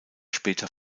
später